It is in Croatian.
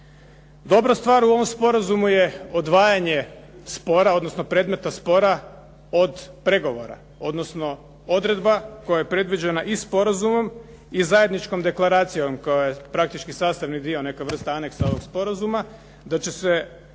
Dobra stvar u ovom sporazumu je odvajanje spora, odnosno predmeta spora od pregovora, odnosno odredba koja je predviđena i sporazumom i zajedničkom deklaracijom koja je praktički sastavni dio neka vrsta anexa ovog sporazuma, da će se